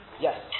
yes